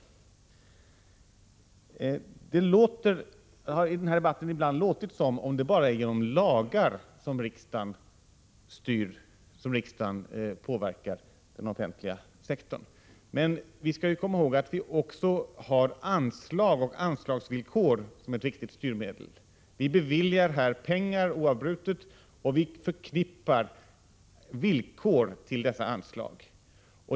I den här debatten har det ibland låtit som om det bara är genom lagar som riksdagen påverkar den offentliga sektorn, men vi skall komma ihåg att vi också har anslag och anslagsvillkor som ett viktigt styrmedel. Vi beviljar oavbrutet pengar och förknippar villkor med dessa anslag.